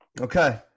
Okay